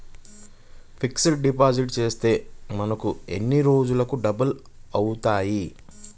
Fixed deposit చేస్తే మనకు ఎన్ని రోజులకు డబల్ అవుతాయి?